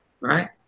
right